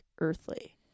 earthly